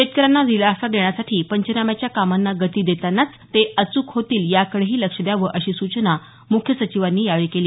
शेतकऱ्यांना दिलासा देण्यासाठी पंचनाम्याच्या कामांना गती देतानाच ते अचूक होतील याकडेही लक्ष द्यावं अशी सूचना मुख्य सचिवांनी यावेळी केली